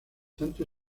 tanto